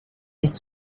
nicht